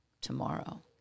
tomorrow